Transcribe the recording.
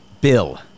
Bill